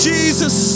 Jesus